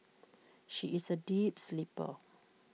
she is A deep sleeper